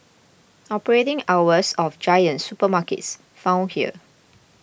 operating hours of Giant supermarkets found here